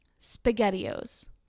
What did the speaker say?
SpaghettiOs